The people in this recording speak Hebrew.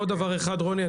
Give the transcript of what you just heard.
רוני,